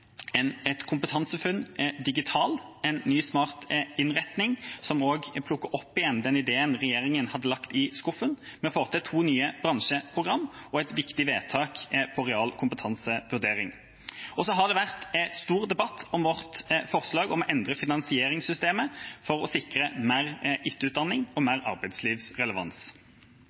ny, smart innretning som også plukker opp igjen den ideen regjeringa hadde lagt i skuffen. Vi får til to nye bransjeprogram og et viktig vedtak om realkompetansevurdering. Så har det vært stor debatt om vårt forslag om å endre finansieringssystemet for å sikre mer etterutdanning og mer arbeidslivsrelevans.